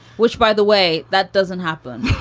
which, by the way, that doesn't happen.